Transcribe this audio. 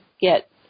get